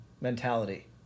mentality